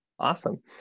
Awesome